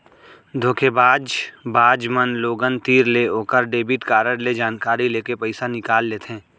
धोखेबाज बाज मन लोगन तीर ले ओकर डेबिट कारड ले जानकारी लेके पइसा निकाल लेथें